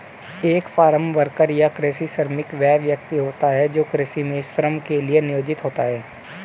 एक farm worker या कृषि श्रमिक वह व्यक्ति होता है जो कृषि में श्रम के लिए नियोजित होता है